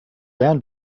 van